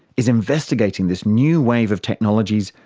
is investigating this new wave of technologies,